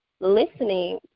listening